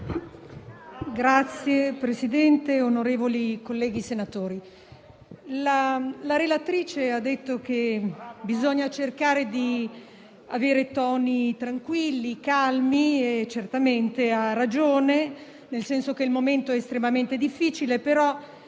la relatrice ha detto che bisogna cercare di avere toni tranquilli, calmi e certamente ha ragione, nel senso che il momento è estremamente difficile. Credo